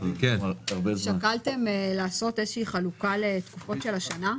שקלתם לעשות חלוקה לתקופות השנה?